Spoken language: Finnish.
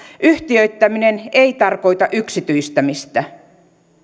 yhtiöittäminen ei tarkoita yksityistämistä